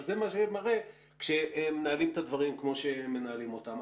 אבל ככה זה כשמנהלים את הדברים כמו שמנהלים אותם.